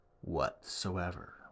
whatsoever